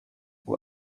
who